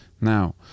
now